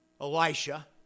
Elisha